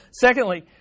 Secondly